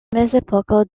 mezepoko